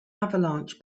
avalanche